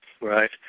right